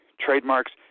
trademarks